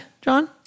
John